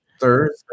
Thursday